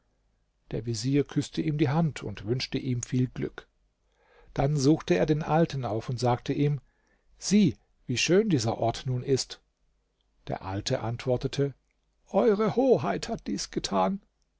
der vezier küßte ihm die hand und wünschte ihm viel glück dann suchte er den alten auf und sagte ihm sieh wie schön dieser ort nun ist der alte antwortete eure hoheit hat dies getan